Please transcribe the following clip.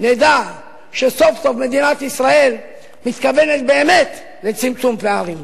נדע שסוף-סוף מדינת ישראל מתכוונת באמת לצמצום פערים.